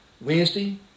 Wednesday